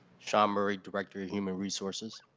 sean murray, director human resources.